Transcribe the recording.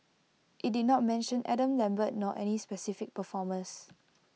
IT did not mention Adam lambert nor any specific performers